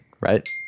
right